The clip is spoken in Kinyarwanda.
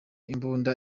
imbunda